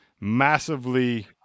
massively